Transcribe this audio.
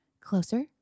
closer